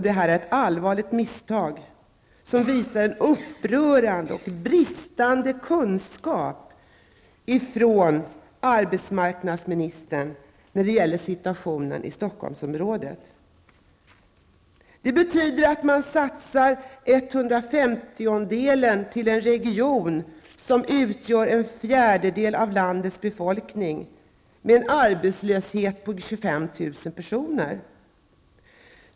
Det här är ett allvarligt misstag, och arbetsmarknadsministern visar en upprörande och bristande kunskap om situationen i Stockholmsområdet. Det betyder att man satsar en etthundrafemtiondel på en region som utgör en fjärdedel av landets befolkning, med en arbetslöshet på 25 000 personer.